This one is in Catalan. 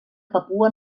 papua